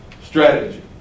strategy